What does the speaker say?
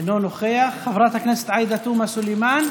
אינו נוכח, חברת הכנסת עאידה תומא סלימאן,